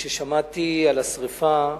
כששמעתי על השרפה,